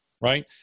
right